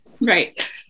right